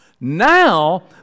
Now